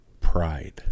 pride